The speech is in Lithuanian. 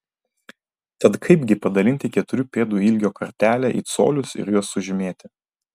tad kaipgi padalinti keturių pėdų ilgio kartelę į colius ir juos sužymėti